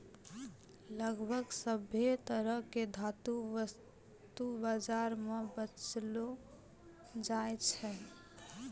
लगभग सभ्भे तरह के धातु वस्तु बाजार म बेचलो जाय छै